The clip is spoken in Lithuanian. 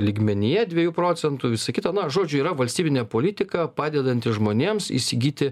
lygmenyje dviejų procentų visa kita na žodžiu yra valstybinė politika padedanti žmonėms įsigyti